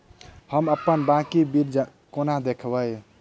हम अप्पन बाकी बिल कोना देखबै?